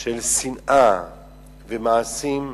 של שנאה ומעשים,